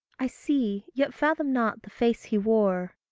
i see, yet fathom not the face he wore.